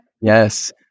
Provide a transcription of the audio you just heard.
Yes